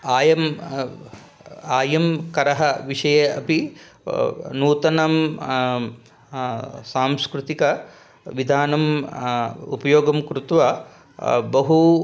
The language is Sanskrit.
अयम् आयकरः विषये अपि नूतनं सांस्कृतिक विधानम् उपयोगं कृत्वा बहु